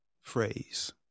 phrase